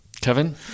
Kevin